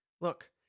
Look